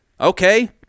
Okay